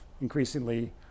increasingly